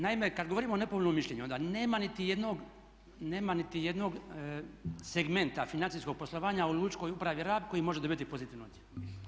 Naime, kad govorimo o nepovoljnom mišljenju onda nema niti jednog segmenta financijskog poslovanja u Lučkoj upravi Rab koji može dobiti pozitivnu ocjenu.